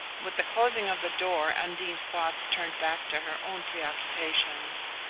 with the closing of the door undine's thoughts turned back to her own preoccupations.